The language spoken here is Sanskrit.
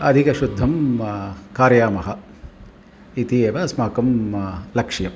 अधिकशुद्धं कारयामः इति एव अस्माकं लक्ष्यम्